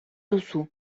duzu